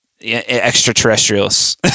extraterrestrials